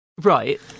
Right